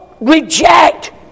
reject